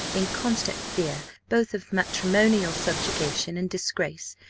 in constant fear both of matrimonial subjugation and disgrace,